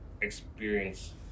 experience